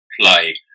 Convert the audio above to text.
play